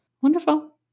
Wonderful